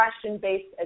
question-based